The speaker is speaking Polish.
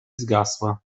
zgasła